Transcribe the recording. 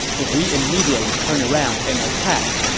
if we immediately turn around and attack,